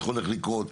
איך הולך לקרות?